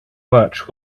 much